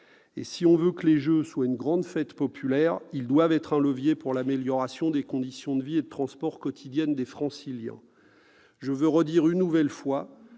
Si l'on veut que les JO soient une grande fête populaire, ils doivent être un levier pour l'amélioration des conditions de vie et de transport quotidiennes des Franciliens. Je veux redire une nouvelle fois